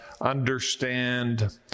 understand